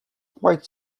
quite